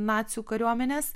nacių kariuomenės